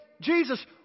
Jesus